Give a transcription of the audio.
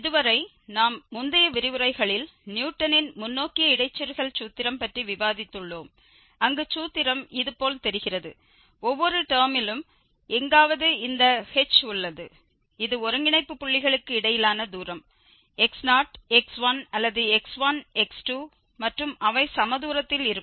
இதுவரை நாம் முந்தைய விரிவுரைகளில் நியூட்டனின் முன்னோக்கிய இடைச்செருகல் சூத்திரம் பற்றி விவாதித்துள்ளோம் அங்கு சூத்திரம் இது போல் தெரிகிறது ஒவ்வொரு டெர்மிலும் எங்காவது இந்த h உள்ளது இது ஒருங்கிணைப்பு புள்ளிகளுக்கு இடையிலான தூரம் x0 x1 அல்லது x1 x2 மற்றும் அவை சம தூரத்தில் இருக்கும்